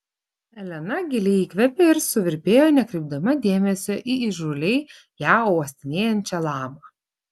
elena giliai įkvėpė ir suvirpėjo nekreipdama dėmesio į įžūliai ją uostinėjančią lamą